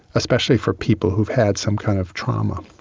especially for people who have had some kind of trauma.